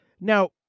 Now